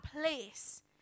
place